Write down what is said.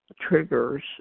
triggers